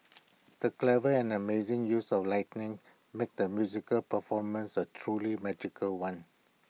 the clever and amazing use of lightening made the musical performance A truly magical one